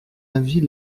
avis